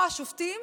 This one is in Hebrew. או השופטים,